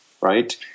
right